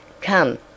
Come